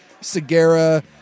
Segura